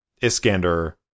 Iskander